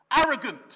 arrogant